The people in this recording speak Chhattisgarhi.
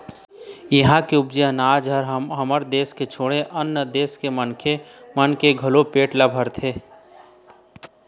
इहां के उपजाए अनाज ह हमर देस के छोड़े आन देस के मनखे मन के घलोक पेट ल भरत हे